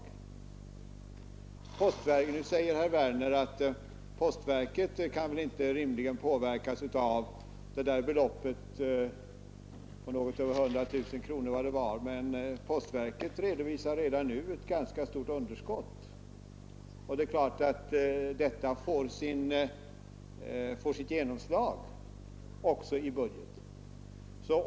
Herr Werner i Malmö säger att postverket inte rimligen kan påverkas av det där beloppet på något över 100 000 kronor. Men postverket redovisar redan nu ett ganska stort underskott, och varje utvidgning av tjänstebrevsrätten får naturligtvis sitt genomslag i budgeten.